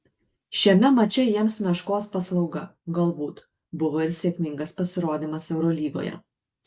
šiame mače jiems meškos paslauga galbūt buvo ir sėkmingas pasirodymas eurolygoje